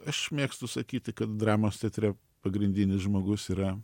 aš mėgstu sakyti kad dramos teatre pagrindinis žmogus yra